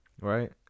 Right